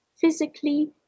physically